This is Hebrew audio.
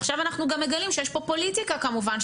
עכשיו אנחנו גם מגלים שיש פה פוליטיקה כמובן,